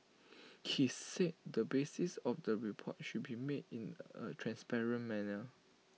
he said the basis of the report should be made in A transparent manner